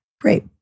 Great